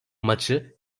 maçı